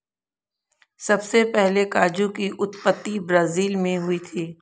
सबसे पहले काजू की उत्पत्ति ब्राज़ील मैं हुई थी